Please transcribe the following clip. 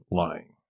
lying